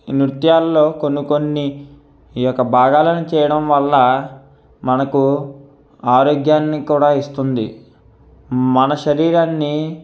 ఈ నృత్యాల్లో కొన్ని కొన్ని ఈ యొక్క భాగాలను చేయడం వల్ల మనకు ఆరోగ్యాన్ని కూడా ఇస్తుంది మన శరీరాన్ని